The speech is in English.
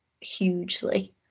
hugely